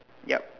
yup